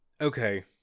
okay